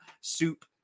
soup